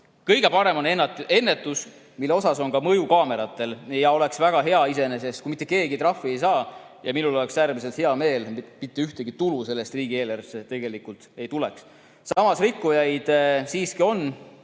Kõige parem on ennetus, mille osas on mõju kaameratel, ja oleks väga hea, kui mitte keegi trahvi ei saaks, ja minul oleks äärmiselt hea meel, kui mitte mingit tulu sellest riigieelarvesse tegelikult ei tuleks. Samas rikkujaid siiski on,